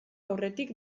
aurretik